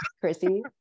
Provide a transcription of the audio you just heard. Chrissy